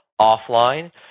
offline